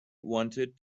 wanted